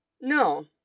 No